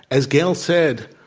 as gayle said,